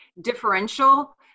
differential